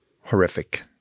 horrific